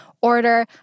order